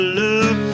love